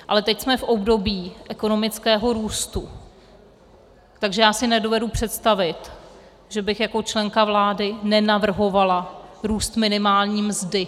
Ale teď jsme v období ekonomického růstu, takže já si nedovedu představit, že bych jako členka vlády nenavrhovala růst minimální mzdy.